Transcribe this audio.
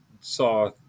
saw